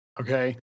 Okay